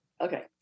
okay